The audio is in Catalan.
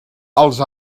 els